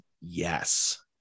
yes